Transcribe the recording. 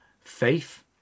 Faith